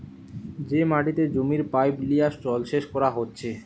যে মাটিতে জমির পাইপ দিয়ে জলসেচ কোরা হচ্ছে